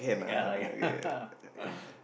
yeah yeah